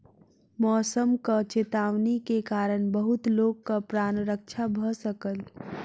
मौसमक चेतावनी के कारण बहुत लोकक प्राण रक्षा भ सकल